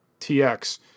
TX